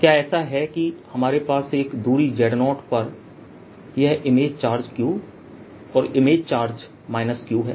क्या ऐसा है कि हमारे पास एक दूरी Z0पर यह इमेज चार्ज q और इमेज चार्ज माइनस q है